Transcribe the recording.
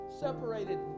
separated